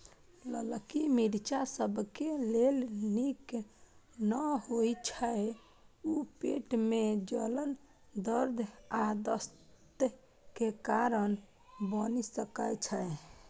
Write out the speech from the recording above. ललकी मिर्च सबके लेल नीक नै होइ छै, ऊ पेट मे जलन, दर्द आ दस्त के कारण बनि सकै छै